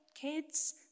kids